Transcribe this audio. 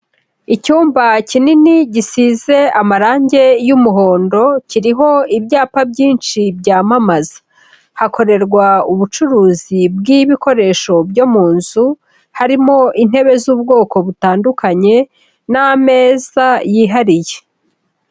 Icyumba kinini gisize amarangi y'umuhondo, kiriho ibyapa byinshi byamamaza, hakorerwa ubucuruzi bw'ibikoresho byo mu nzu, harimo intebe z'ubwoko butandukanye n'ameza yihariye.